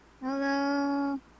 Hello